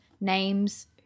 names